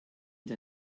der